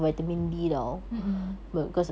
mm mm